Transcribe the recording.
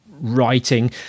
writing